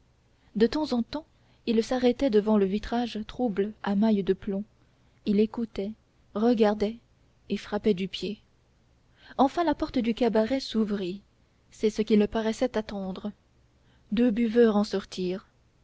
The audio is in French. de temps en temps il s'arrêtait devant le vitrage trouble à mailles de plomb il écoutait regardait et frappait du pied enfin la porte du cabaret s'ouvrit c'est ce qu'il paraissait attendre deux buveurs en sortirent